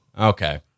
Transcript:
Okay